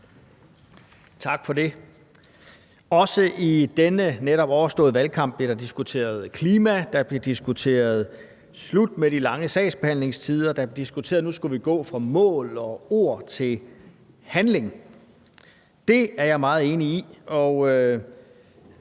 Tak for det. Også i denne netop overståede valgkamp blev der diskuteret klima. Der blev diskuteret slut med de lange sagsbehandlingstider. Der blev diskuteret, at nu skulle vi gå fra mål og ord til handling. Det er jeg meget enig i,